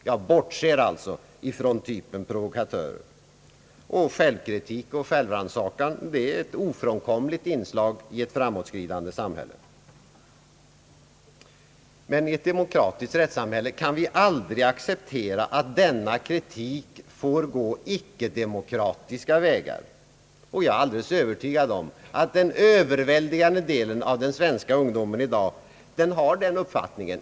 Jag bortser alltså från typen provokatörer. Självkritik och självrannsakan är ett ofrånkomligt inslag i ett framåtskridande samhälle, men i ett demokratiskt rättssamhälle kan vi aldrig acceptera att denna kritik får gå icke-demokratiska vägar. Jag är alldeles övertygad om att den övervägande delen av den svenska ungdomen i dag har den uppfattningen.